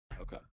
Okay